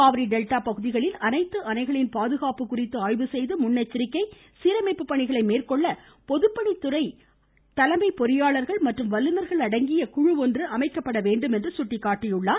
Kaveri delta பகுதிகளில் அனைத்து அணைகளின் பாதுகாப்பு குறித்து செய்து முன்னெச்சரிக்கை சீரமைப்பு பணிகளை மேற்கொள்ள ஆய்வு பொதுப்பணித்துறை தலைமை பொறியாளர்கள் மற்றும் வல்லுனர்கள் அடங்கிய குழு ஒன்றை அமைக்க வேண்டும் என்றும் அவர் சுட்டிக்காட்டினார்